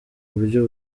buryo